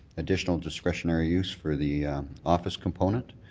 additional discretionary use for the office component.